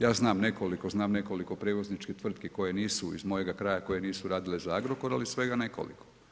Ja znam nekoliko, znam nekoliko prijevozničkih tvrtki, koje nisu iz mojega kraja, koje nisu radile za Agrokor, ali svega nekoliko.